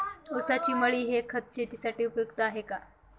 ऊसाची मळी हे खत शेतीसाठी उपयुक्त आहे का?